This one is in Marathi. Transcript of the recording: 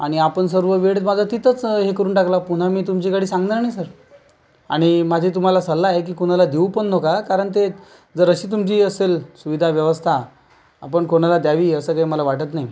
आणि आपण माझा सर्व वेळ माझा तिथंच हे करून टाकला पुन्हा मी तुमच्याकडे सांगणार नाही सर आणि माझा तुम्हाला सल्ला आहे की कुणाला देऊ पण नका कारण ते जर अशी तुमची असेल सुविधा व्यवस्था आपण कोणाला द्यावी असं काही मला वाटत नाही